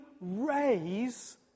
raise